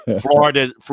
Florida